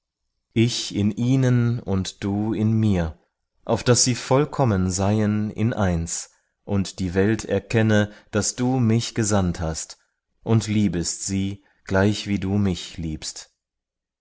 ich in ihnen und du in mir auf daß sie vollkommen seien in eins und die welt erkenne daß du mich gesandt hast und liebest sie gleichwie du mich liebst